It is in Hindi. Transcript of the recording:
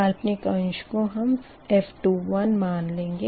काल्पनिक अंश को हम f21 मान लेंगे